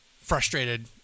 frustrated